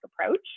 approach